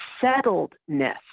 settledness